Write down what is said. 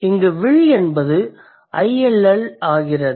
இங்கு will என்பது ill ஆகிறது